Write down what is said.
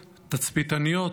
תצפיתניות,